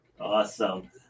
Awesome